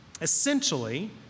Essentially